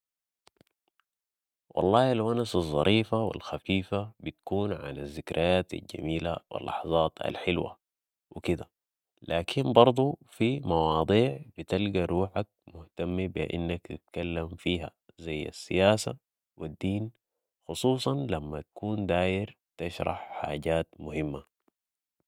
والله الونسة الظريفة و الخفيفة بتكون عن الزكريات الجميلة و اللحظات الحلوة و كدة ، لكن برضو في مواضيع بتلقى روحك مهتم بانك تتكلم فيها ذي السياسة و الدين خصوصاً لما تكون داير تشرح حاجات مهمة